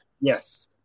Yes